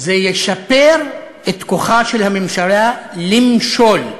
זה ישפר את כוחה של הממשלה למשול.